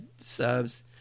subs